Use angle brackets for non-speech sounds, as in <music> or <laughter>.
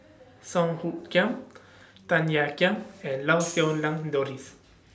<noise> Song Hoot Kiam Tan Ean Kiam and Lau Siew Lang Doris